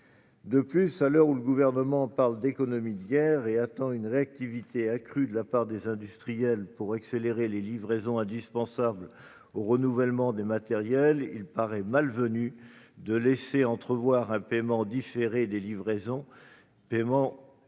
De plus, à l'heure où le Gouvernement parle d'« économie de guerre » et attend une réactivité accrue de la part des industriels pour accélérer les livraisons indispensables au renouvellement des matériels, il paraît malvenu de laisser entrevoir un paiement différé des livraisons, lui-même générateur